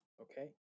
Okay